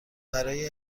برای